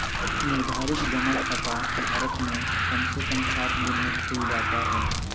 निर्धारित जमा खाता भारत मे कम से कम सात दिन मे खुल जाता हय